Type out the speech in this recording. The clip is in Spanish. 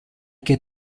que